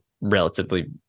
relatively